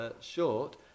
Short